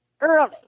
early